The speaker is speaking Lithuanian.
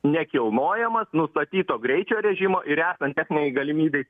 nekilnojamas nustatyto greičio režimo ir esant techninei galimybei